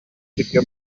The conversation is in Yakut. сиргэ